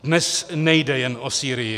Dnes nejde jen o Sýrii.